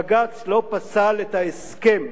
בג"ץ לא פסל את ההסכם,